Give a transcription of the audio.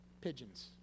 pigeons